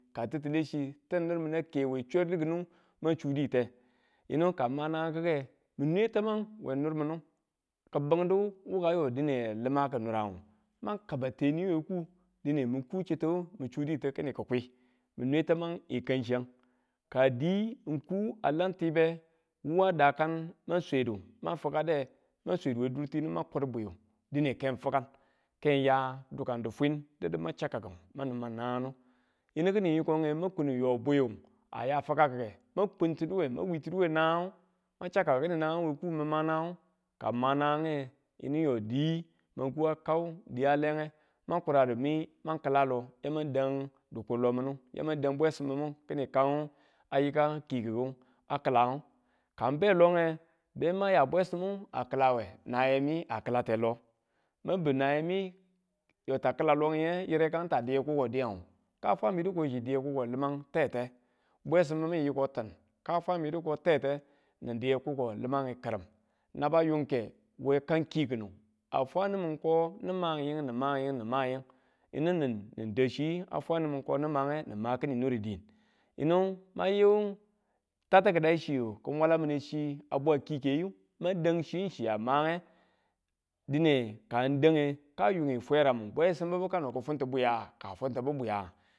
Ka titile chiye titu nir minu a ke we chwa̱r dikinte ma chudite, yinu ka mang nangang n nwetaman we nir munin ki̱ bundi wukayo dine lima ku irangu, mang kaba teniyu we kuu dine min ku chitu min chuditu kini ki̱kwi, min nwe tamang yi kang chiyang ka di n ku a lam tibe wu a dakan mang swedu mang fikade mang swedu we dirtini ma kurbwiu dine ke n fikan ke ya dukun difwiin didu ma chakkang mani ma nangangu yinu kinin yiko mang kunu yo bwiyo a ya fikakike mang kunu mang wii tinu we nanngu mang chau kaku kini nangang we kuu mi̱ma nangang ka nangange yine yo di ma ku a kau diyalenge ka kuradu mimang ki̱la lo yamang dang ɗi̱kurlo mini yamang dang bwesimmumi kini kaang a yika kiki̱ku a ki̱lang dine kaan be longe be maya bwesimu a kilawe nayemi a ki̱late lo ma buu nayemi yo ta kilalonge, yire tang ta diye kuko diyang ka famidu ko ta diye kuko limang tete bwesimmu yiko ti̱n ka famidu ko tete ni diye kuko limang ki̱rim naba yunke we ka̱n kikunu a fwa nimin ko nimangyin, nimangyin, nimangyin yini nin u dau chi a fwanimin ko ni mange ni dau ki̱ni nir diin yin mayiyu tattikachiu ki mwalamine chi a bwa kikeyu mada̱n chichiya mange dine ka yungi sweram bwe sim bibu kifunti bwiya, ka funtibu bwiya?